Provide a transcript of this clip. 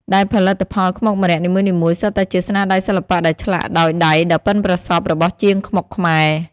ដែលផលិតផលខ្មុកម្រ័ក្សណ៍នីមួយៗសុទ្ធតែជាស្នាដៃសិល្បៈដែលឆ្លាក់ដោយដៃដ៏ប៉ិនប្រសប់របស់ជាងខ្មុកខ្មែរ។